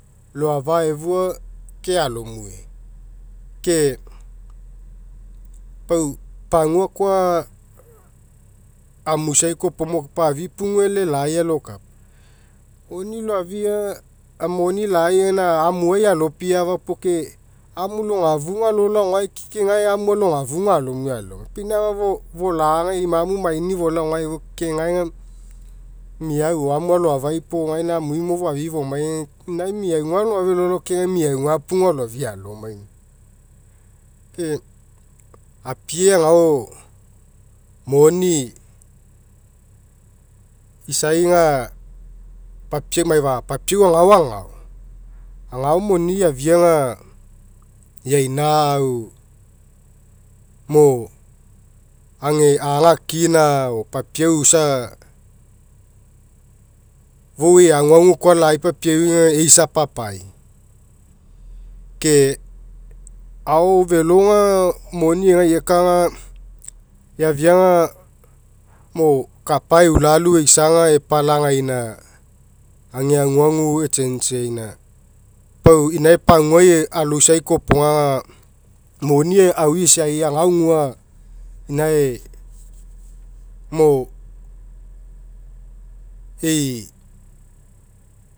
Loafa efua ke alomue. Ke pau pagua koa amuisai kopoga mokapa afipugu e'elelai alokapa. Moni loafia ga moni lai aga amuai alo piafa puo ke amu logafuga lolao gae ke amu alogafuga alomue alomai. Ke inae afa folagai imamu maini folao gae efua ke gae aga meau o amu aloafai puo gaina amui mo foafi'i fomai aga ke inae meauga loafia lolao ke gae meauga pugu aloafia alomai moia. Ke epie agao moni isai aga papiau maifa papiau agao agao agao moni eafia aga eaina'au mo ega aga akia o papiau isa fou ei aguagu koa lai papiau aga eisapapai ke ao felo aga moni egai eka aga eafia aaga mo kapa eulalu eisa aga epalagaina age aguagu echange'aina. Pau inae paguai aloisa kopoga aga moni aui isai agao gua inae mo ei